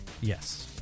Yes